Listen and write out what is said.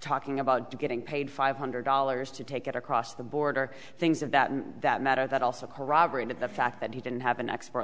talking about getting paid five hundred dollars to take it across the border things of that in that matter that also corroborated the fact that he didn't have an expert